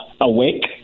awake